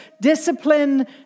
discipline